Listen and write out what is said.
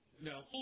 No